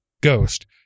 ghost